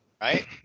right